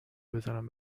بزنم